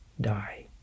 die